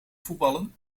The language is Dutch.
voetballen